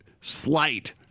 slight